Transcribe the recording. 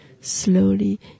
slowly